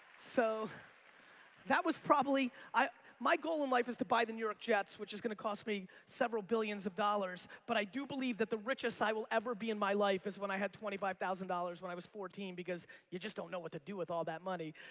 so that was probably, my goal in and life is to buy the new york jets which is gonna cost me several billions of dollars but i do believe that the richest i will ever be in my life is when i had twenty five thousand dollars when i was fourteen because you just don't know what to do with all that money.